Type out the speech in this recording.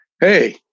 Hey